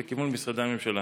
לכיוון משרדי הממשלה.